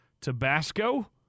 Tabasco